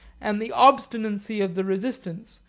and the obstinacy of the resistance,